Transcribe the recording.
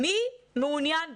מי מעוניין במודל?